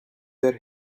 that